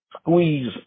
squeeze